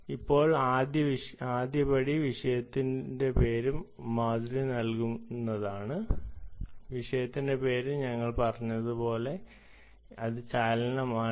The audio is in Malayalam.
ഇപ്പോൾ ആദ്യപടി വിഷയത്തിന്റെ പേര് മാധുരി നൽകുമെന്നതാണ് വിഷയത്തിന്റെ പേര് ഞങ്ങൾ പറഞ്ഞതുപോലെ അത് മോഷൻ എന്നാണ്